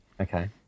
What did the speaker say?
Okay